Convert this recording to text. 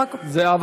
זהבה,